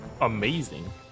amazing